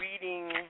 reading